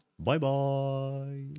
Bye-bye